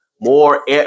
more